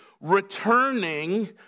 returning